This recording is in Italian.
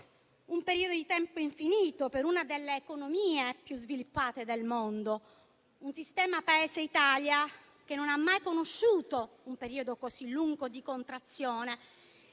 un periodo di tempo infinito per una delle economie più sviluppate del mondo e per un sistema Paese come l'Italia, che non ha mai conosciuto un periodo così lungo di contrazione